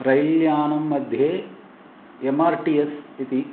rail यानम्म्ध्ये M R T S इति